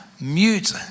mute